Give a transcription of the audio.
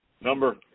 Number